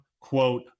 quote